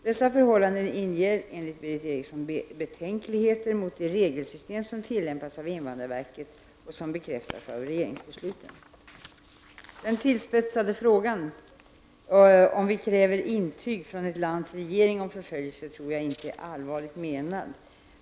Dessa förhållanden inger enligt Berith Eriksson betänkligheter mot det regelsystem som tillämpas av invandrarverket och som bekräftas av regeringsbesluten. Den tillspetsade frågan, om vi kräver intyg från ett lands regering om förföljelse, tror jag inte är allvarligt menad.